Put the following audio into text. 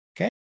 Okay